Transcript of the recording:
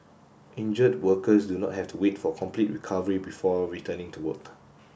injured workers do not have to wait for complete recovery before returning to work